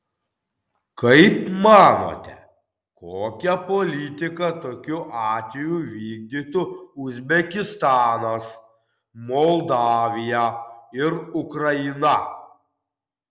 kaip manote kokią politiką tokiu atveju vykdytų uzbekistanas moldavija ir ukraina